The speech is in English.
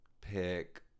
pick